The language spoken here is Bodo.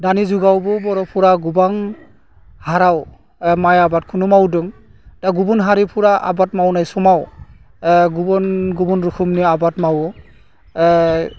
दानि जुगावबो बर'फोरा गोबां हाराव माइ आबादखौनो मावदों दा गुबुन हारिफोरा आबाद मावनाय समाव गुबुन गुबुन रोखोमनि आबाद मावो